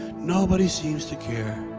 nobody seems to care.